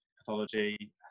pathology